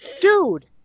dude